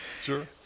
Sure